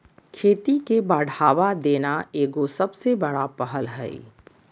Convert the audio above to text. खेती के बढ़ावा देना एगो सबसे बड़ा पहल हइ